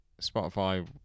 Spotify